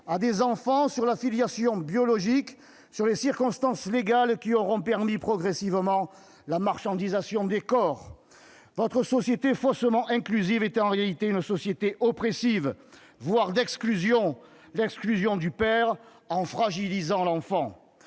à des enfants sur leur filiation biologique, sur les circonstances légales qui auront permis, progressivement, la marchandisation des corps ? Votre société faussement « inclusive » est en réalité une société oppressive, voire d'exclusion- exclusion du père, fragilisant l'enfant.